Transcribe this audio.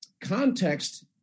context